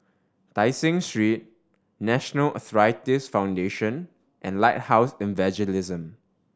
Tai Seng Street National Arthritis Foundation and Lighthouse Evangelism